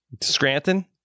Scranton